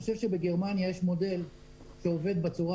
אני חושב שבגרמניה יש מודל שעובד בצורה